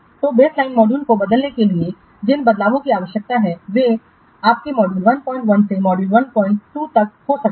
तो baseline module से बदलने के लिए जिन बदलावों की आवश्यकता है वे आपके मॉड्यूल 11 से मॉड्यूल 12 तक हो सकते हैं